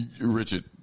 Richard